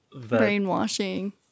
brainwashing